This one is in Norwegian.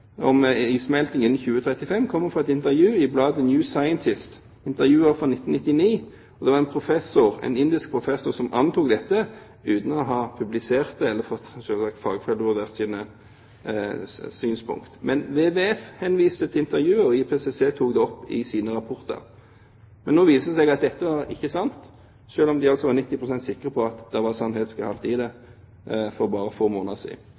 om issmelting innen 2035 kommer fra et intervju i bladet New Scientist. Intervjuet er fra 1999, og det var en indisk professor som antok dette, uten å ha publisert det eller fått såkalt fagfellevurdert sine synspunkter. Men WWF henviste til intervjuet, og IPCC tok det opp i sine rapporter. Nå viser det seg at dette ikke er sant, selv om de altså var 90 pst. sikre på at det var sannhetsgehalt i det for bare få måneder